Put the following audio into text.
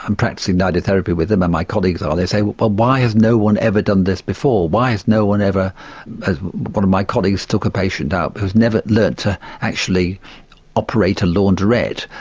and practising nidotherapy with them, and my colleagues ah say well but why has no one ever done this before, why has no one ever as one of my colleagues took a patient out who has never learned to actually operate a laundrette,